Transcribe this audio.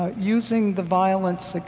ah using the violence, like